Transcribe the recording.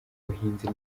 buhinzi